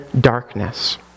darkness